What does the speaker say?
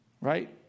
Right